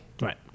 Right